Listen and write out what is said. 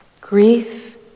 Grief